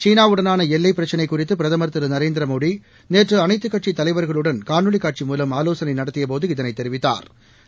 சீனா வுடனாள எல்லைப் பிரச்சினை குறித்து பிரதமர் திரு நரேந்திரமோடி நேற்று அனைத்துக் கட்சித் தலைவா்களுடன் காணொலிக் காட்சி மூலம் ஆலோசனை நடத்தியபோது இதனைத் தெரிவித்தாா்